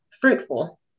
fruitful